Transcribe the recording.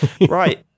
Right